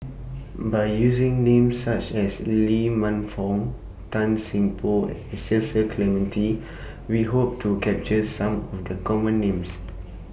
By using Names such as Lee Man Fong Tan Seng Poh and Cecil Clementi We Hope to capture Some Would Common Names